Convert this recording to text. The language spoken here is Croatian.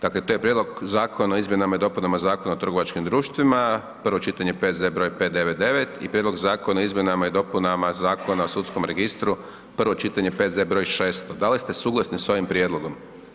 Dakle to je: - Prijedlog Zakona o izmjenama i dopunama Zakona o trgovačkim društvima, prvo čitanje, P.Z.E. broj 599 i - Prijedlog Zakona o izmjenama i dopunama Zakona o sudskom registru, prvo čitanje, P.Z. broj 600 Da li ste suglasni s ovim prijedlogom?